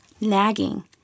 nagging